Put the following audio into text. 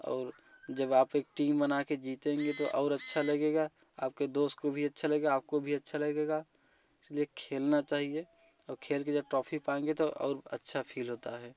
और जब आप एक टीम बनाके जीतेंगे तो और अच्छा लगेगा आपके दोस्त को भी अच्छा लगेगा आपको भी अच्छा लगेगा इसलिए खेलना चाहिए और खेल के लिए ट्रॉफी पाएंगे तो और अच्छा फील होता है